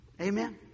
Amen